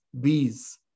bees